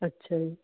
ਅੱਛਾ ਜੀ